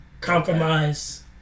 Compromise